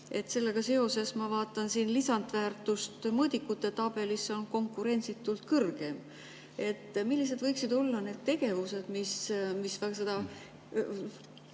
Sellega seoses ma vaatan siin, et lisandväärtuste mõõdikute tabelis see on konkurentsitult kõrgeim. Millised võiksid olla need tegevused, mis seda